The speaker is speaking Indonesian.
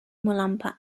melompat